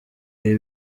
ibi